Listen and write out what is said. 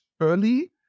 early